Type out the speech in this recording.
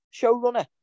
showrunner